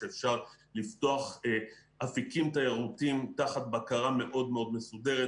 שאפשר לפתוח אפיקים תיירותיים תחת בקרה מאוד מאוד מסודרת,